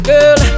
Girl